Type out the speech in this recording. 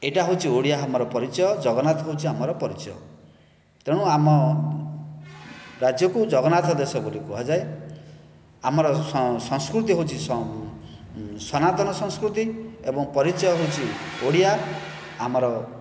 ଏଇଟା ହେଉଛି ଓଡିଆ ଆମର ପରିଚୟ ଜଗନ୍ନାଥ ହେଉଛି ଆମର ପରିଚୟ ତେଣୁ ଆମ ରାଜ୍ୟକୁ ଜଗନ୍ନାଥ ଦେଶ ବୋଲି କୁହାଯାଏ ଆମର ସଂସ୍କୃତି ହେଉଛି ସନାତନ ସଂସ୍କୃତି ଏବଂ ପରିଚୟ ହେଉଛି ଓଡିଆ ଆମର